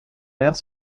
maire